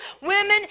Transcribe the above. women